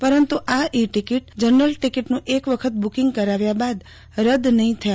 પરંતુ આ e ticket general ટિકીટનું એક વખત બુકીંગ કરાવ્યા બાદ રદ નહીં થાય